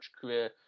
career